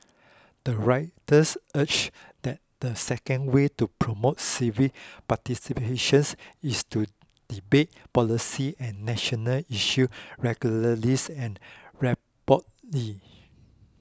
the writers urge that the second way to promote civic participation is to debate policy and national issues regularly and